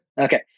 okay